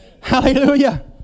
Hallelujah